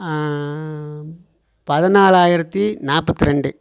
பதினாலாயிரத்து நாற்பத்தி ரெண்டு